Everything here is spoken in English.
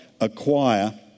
acquire